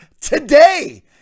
today